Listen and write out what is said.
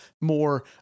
more